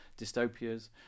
dystopias